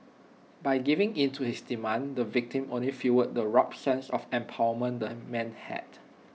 by giving in to his demands the victim only fuelled the warped sense of empowerment the man had